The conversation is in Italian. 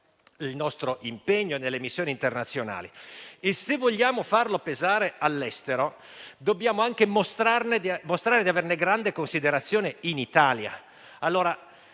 il nostro impegno nelle missioni internazionali e, se vogliamo farlo pesare all'estero, dobbiamo mostrare di averne grande considerazione in Italia.